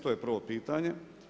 To je prvo pitanje.